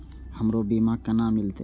हमरो बीमा केना मिलते?